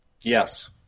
Yes